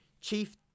Chief